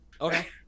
Okay